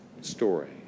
story